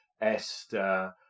Esther